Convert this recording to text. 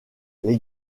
les